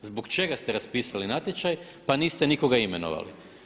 Zbog čega ste raspisali natječaj pa niste nikoga imenovali?